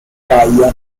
baia